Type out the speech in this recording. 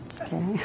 Okay